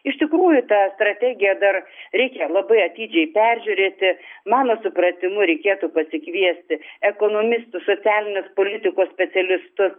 iš tikrųjų tą strategiją dar reikia labai atidžiai peržiūrėti mano supratimu reikėtų pasikviesti ekonomistus socialinės politikos specialistus